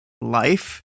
life